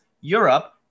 Europe